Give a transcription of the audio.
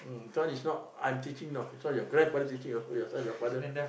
mm is not I'm teaching know it's what your grandfather's teaching your side of your father